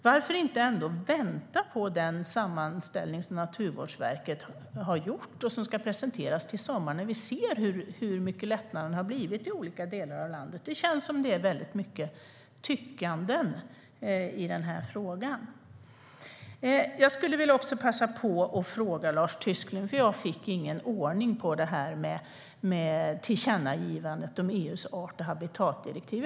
Varför inte vänta på den sammanställning som Naturvårdsverket har gjort och som ska presenteras till sommaren? Då ser vi hur mycket lättnader det har blivit i olika delar av landet. Det känns som om det är mycket tyckanden i den här frågan. Jag vill passa på att fråga Lars Tysklind en annan sak. Jag fick ingen ordning på det som sas om tillkännagivandet beträffande EU:s art och habitatdirektiv.